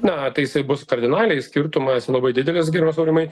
na tai jisai bus kardinaliai skirtumas labai didelis gerbiamas aurimai